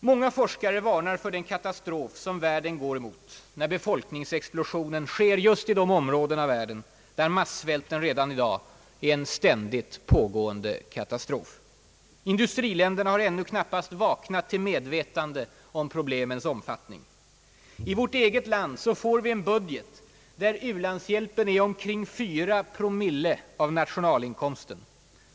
Många forskare varnar för den katastrof som världen går mot när befolkningsexplosionen sker just i de områden i världen där massvälten redan i dag är en ständigt pågående katastrof. Industriländerna har ännu knappast vaknat till medvetande om problemets omfattning. I vårt eget land får vi en budget där u-landshjälpen är omkring 4 promille av nationalinkomsten.